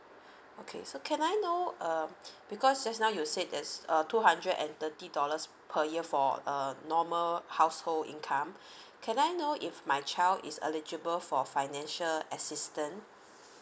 okay so can I know um because just now you said there's uh two hundred and thirty dollars per year for a normal household income can I know if my child is eligible for financial assistance